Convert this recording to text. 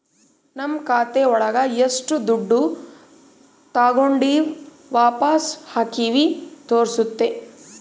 ನಮ್ ಖಾತೆ ಒಳಗ ಎಷ್ಟು ದುಡ್ಡು ತಾಗೊಂಡಿವ್ ವಾಪಸ್ ಹಾಕಿವಿ ತೋರ್ಸುತ್ತೆ